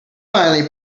finally